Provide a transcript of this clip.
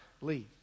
Leave